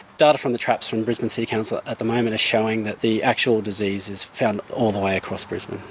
data from the traps from brisbane city council at the moment are showing that the actual disease is found all the way across brisbane.